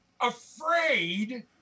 afraid